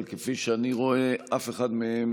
אבל כפי שאני רואה, אף אחד מהם